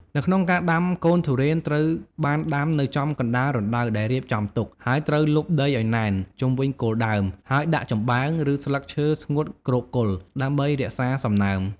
នៅក្នុងការដាំកូនទុរេនត្រូវបានដាំនៅចំកណ្តាលរណ្តៅដែលបានរៀបចំទុក ហើយត្រូវលប់ដីឱ្យណែន ជុំវិញគល់ដើម ហើយដាក់ចំបើង ឬស្លឹកឈើស្ងួតគ្របគល់ ដើម្បីរក្សាសំណើម។